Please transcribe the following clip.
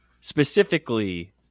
specifically